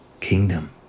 kingdom